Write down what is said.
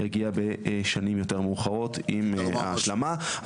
יגיע בשנים יותר מאוחרות עם ההשלמה.